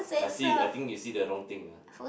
I see I think you see the wrong thing ah